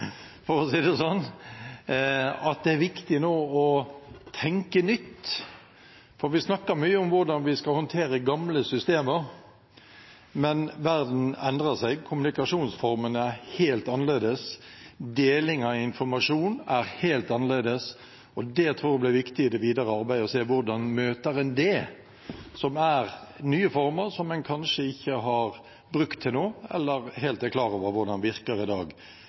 er å tenke nytt. Vi snakker mye om hvordan vi skal håndtere gamle systemer, men verden endrer seg, kommunikasjonsformene er helt annerledes, deling av informasjon er helt annerledes. Det tror jeg blir viktig i det videre arbeidet, å se hvordan en møter det som er nye former, som en kanskje ikke har brukt til nå, eller er helt klar over hvordan virker i dag.